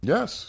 Yes